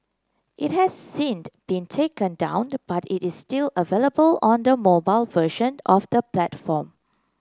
it has since been taken down but it is still available on the mobile version of the platform